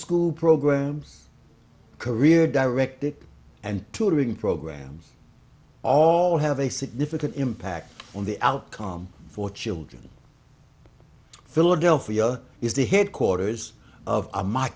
school programs career directed and tutoring programs all have a significant impact on the outcome for children philadelphia is the headquarters of